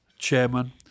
chairman